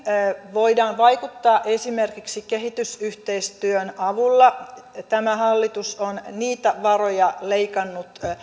voidaan vaikuttaa esimerkiksi kehitysyhteistyön avulla tämä hallitus on niitä varoja leikannut